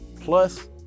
plus